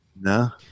No